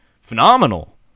phenomenal